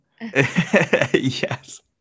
Yes